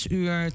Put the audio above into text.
uur